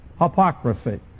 hypocrisy